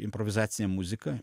improvizacinė muzika